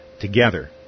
together